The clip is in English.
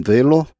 Velo